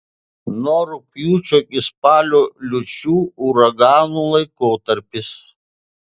nuo rugpjūčio iki spalio liūčių uraganų laikotarpis